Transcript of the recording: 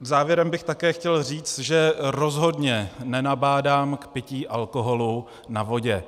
Závěrem bych také chtěl říct, že rozhodně nenabádám k pití alkoholu na vodě.